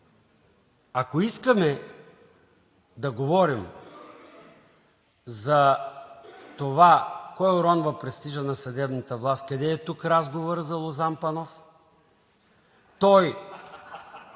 ако искаме да говорим за това кой уронва престижа на съдебната власт, къде е тук разговорът за Лозан Панов? (Смях.)